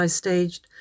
staged